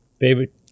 Favorite